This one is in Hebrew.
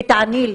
ותעני לי